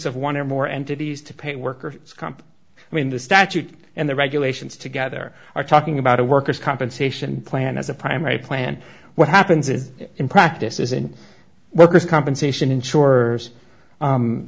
of one or more entities to pay workers comp i mean the statute and the regulations together are talking about a worker's compensation plan as a primary plan what happens is in practice isn't workers compensation insurers